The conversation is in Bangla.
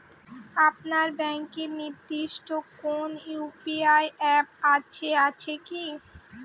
আপনার ব্যাংকের নির্দিষ্ট কোনো ইউ.পি.আই অ্যাপ আছে আছে কি?